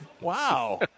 Wow